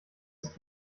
ist